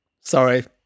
sorry